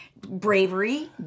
Bravery